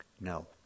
No